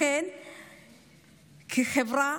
לכן כחברה